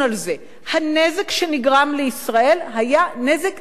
הנזק שנגרם לישראל, היה נזק דרמטי,